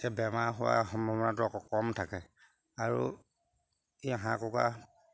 বেমাৰ হোৱা সম্ভাৱনাটো কম থাকে আৰু এই হাঁহ কুকুৰা